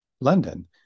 London